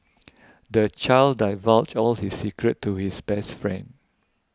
the child divulged all his secrets to his best friend